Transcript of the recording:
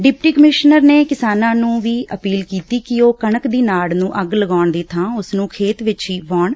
deputy commissioner ਨੇ ਕਿਸਾਨਾਂ ਨੂੰ ਵੀ ਅਪੀਲ ਕੀਤੀ ਕਿ ਉਹ ਕਣਕ ਦੀ ਨਾਤ ਨੂੰ ਅੱਗ ਲਗਾਉਣ ਦੀ ਬਾਂ ਉਸ ਨੂੰ ਖੇਤ ਵਿਚ ਹੀ ਵਾਹੁਣ